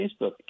Facebook